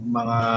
mga